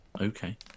Okay